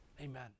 Amen